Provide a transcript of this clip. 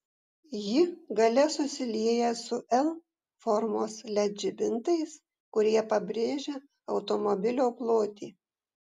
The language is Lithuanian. ji gale susilieja su l formos led žibintais kurie pabrėžia automobilio plotį